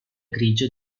grigio